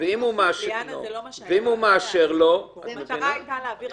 ואם הוא מאשר לנתבע מומחה,